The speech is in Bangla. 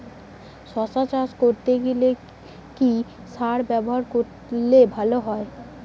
শশা চাষ করলে কি সার ব্যবহার করলে ভালো হয়?